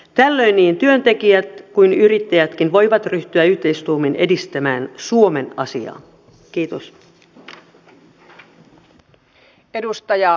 tällöin niin työntekijät kuin yrittäjätkin voivat ryhtyä yhteistuumin edistämään suomen asiaa